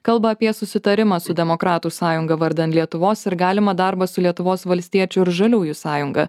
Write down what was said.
kalba apie susitarimą su demokratų sąjunga vardan lietuvos ir galimą darbą su lietuvos valstiečių ir žaliųjų sąjunga